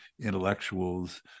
intellectuals